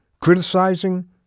criticizing